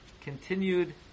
continued